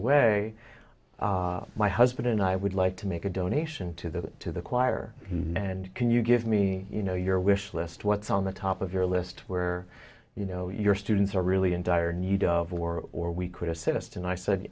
away my husband and i would like to make a donation to the to the choir and can you give me you know your wish list what's on the top of your list where you know your students are really in dire need of war or we could assist and i said